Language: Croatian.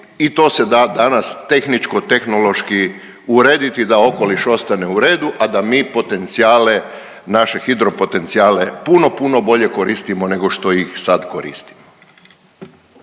i to se da danas tehničko-tehnološki urediti da okoliš ostane u redu, a da mi potencijale naše hidro potencijale puno, puno bolje koristimo nego što ih sad koristimo.